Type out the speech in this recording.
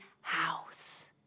house